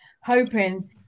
hoping